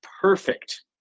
perfect